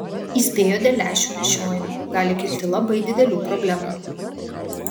įspėjo dėl lęšių nešiojimo gali kilti labai didelių problemų